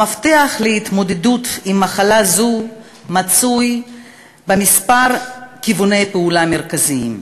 המפתח להתמודדות עם מחלה זו מצוי בכמה כיווני פעולה מרכזיים.